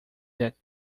that